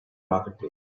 marketplace